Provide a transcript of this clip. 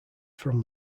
from